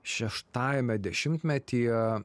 šeštajame dešimtmetyje